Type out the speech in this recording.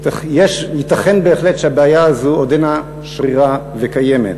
ייתכן בהחלט שהבעיה הזאת עודנה שרירה וקיימת.